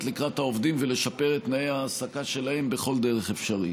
לקראת העובדים ולשפר את תנאי ההעסקה שלהם בכל דרך אפשרית.